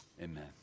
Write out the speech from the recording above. Amen